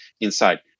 inside